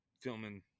filming